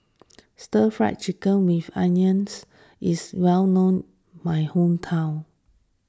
Stir Fried Chicken with Onions is well known in my hometown